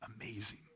amazing